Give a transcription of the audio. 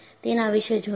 તેના વિશે જોયું